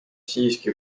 siiski